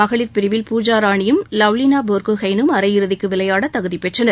மகளிர் பிரிவில் பூஜாராணியும் லவ்லினா போர்கோஹெய்னும் அரையிறுதிக்கு விளையாட தகுதிப்பெற்றனர்